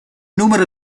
numero